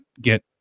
get